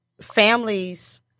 families